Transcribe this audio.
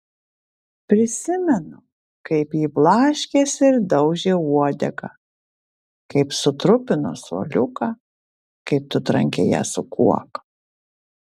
prisimenu kaip ji blaškėsi ir daužė uodegą kaip sutrupino suoliuką kaip tu trankei ją su kuoka